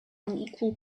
unequal